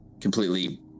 completely